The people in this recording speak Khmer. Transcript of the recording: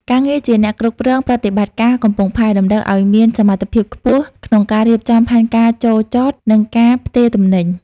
ការងារជាអ្នកគ្រប់គ្រងប្រតិបត្តិការកំពង់ផែ តម្រូវឱ្យមានសមត្ថភាពខ្ពស់ក្នុងការរៀបចំផែនការចូលចត និងការផ្ទេរទំនិញ។